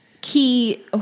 Key